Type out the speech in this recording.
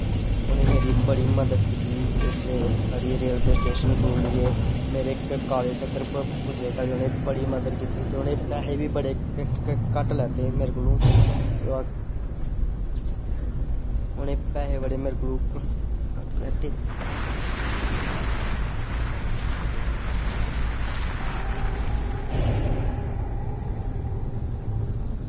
उनें मेरी बड़ी मदद कीती इक ते उत्थें रेलवे स्टेशन तों लेईऐ मेरे कालेज धोड़ी पुज्जने धोड़ी बड़ी मदद कीती उनें पैसे बी बड़े घट्ट लैत्ते मेरे कोलूं ते ओह् उनें पैसे बड़े घट्ट मेरे कोलूं लैत्ते